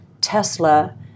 Tesla